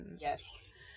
Yes